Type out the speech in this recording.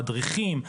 המדריכים,